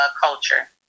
culture